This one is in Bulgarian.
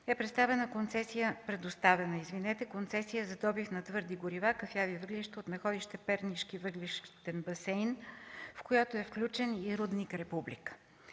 въгледобив” ЕАД е предоставена концесия за добив на твърди горива, кафяви въглища от находище Пернишки въглищен басейн, в която е включен и рудник „Република”.